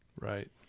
Right